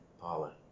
Paula